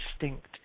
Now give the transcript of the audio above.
instinct